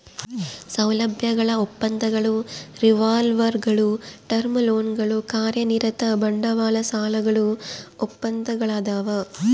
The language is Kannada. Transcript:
ಸೌಲಭ್ಯಗಳ ಒಪ್ಪಂದಗಳು ರಿವಾಲ್ವರ್ಗುಳು ಟರ್ಮ್ ಲೋನ್ಗಳು ಕಾರ್ಯನಿರತ ಬಂಡವಾಳ ಸಾಲಗಳು ಒಪ್ಪಂದಗಳದಾವ